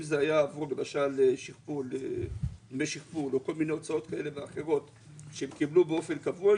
אם זה היה עבור למשל כל מיני הוצאות כאלה ואחרות שהם קיבלו באופן קבוע,